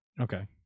Okay